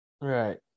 Right